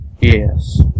Yes